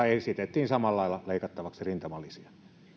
esitettiin samalla lailla leikattavaksi rintamalisiä